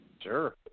Sure